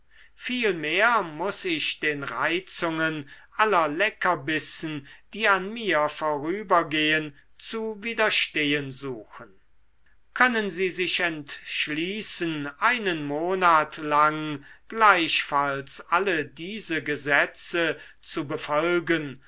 vielmehr muß ich den reizungen aller leckerbissen die an mir vorübergehen zu widerstehen suchen können sie sich entschließen einen monat lang gleichfalls alle diese gesetze zu befolgen